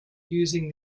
using